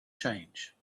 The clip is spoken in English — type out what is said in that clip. change